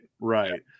Right